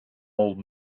old